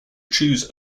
choose